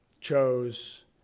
chose